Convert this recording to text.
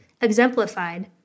exemplified